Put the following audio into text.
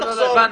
הרלוונטית.